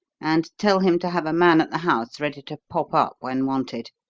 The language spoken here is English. and tell him to have a man at the house ready to pop up when wanted.